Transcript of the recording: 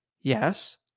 Yes